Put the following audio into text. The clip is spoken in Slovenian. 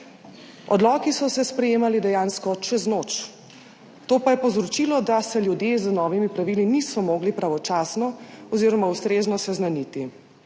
Odloki so se sprejemali dejansko čez noč, to pa je povzročilo, da se ljudje z novimi pravili niso mogli pravočasno oziroma ustrezno seznaniti.